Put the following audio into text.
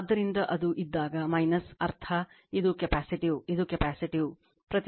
ಆದ್ದರಿಂದ ಅದು ಇದ್ದಾಗ ಅರ್ಥ ಪ್ರತಿರೋಧವು ಕೆಪ್ಯಾಸಿಟಿವ್ ಆಗಿದೆ